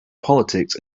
politics